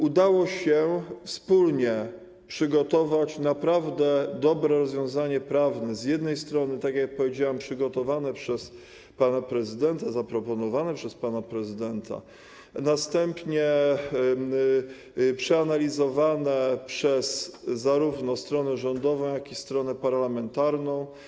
Udało się wspólnie przygotować naprawdę dobre rozwiązanie prawne - tak jak powiedziałem, przygotowane przez pana prezydenta, zaproponowane przez pana prezydenta, następnie przeanalizowane zarówno przez stronę rządową, jak i stronę parlamentarną.